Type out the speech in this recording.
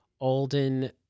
Alden